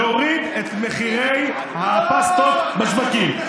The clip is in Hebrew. להוריד את מחירי הפסטות בשווקים.